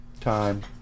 time